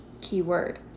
keyword